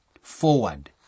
forward